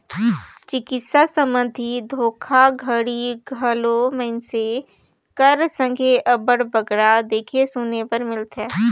चिकित्सा संबंधी धोखाघड़ी घलो मइनसे कर संघे अब्बड़ बगरा देखे सुने बर मिलथे